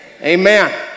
Amen